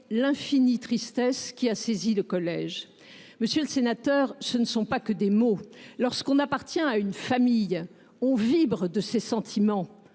l’infinie tristesse qui a saisi le collège. Monsieur le sénateur, ce ne sont pas que des mots ! Lorsque l’on appartient à une famille, on vibre de ces sentiments